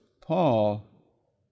Paul